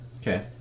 Okay